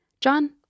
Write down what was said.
John